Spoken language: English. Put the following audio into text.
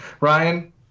Ryan